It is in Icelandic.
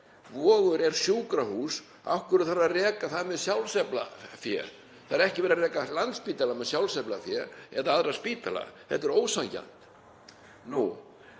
Vogur er sjúkrahús, að það þurfi að reka það með sjálfsaflafé? Það er ekki verið að reka Landspítalann með sjálfsaflafé eða aðra spítala. Þetta er ósanngjarnt.